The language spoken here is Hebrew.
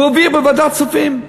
הוא העביר בוועדת כספים.